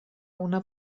una